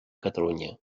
catalunya